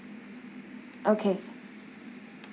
okay